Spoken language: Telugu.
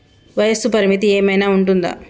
వయస్సు పరిమితి ఏమైనా ఉంటుందా?